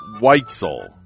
Weitzel